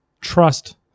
trust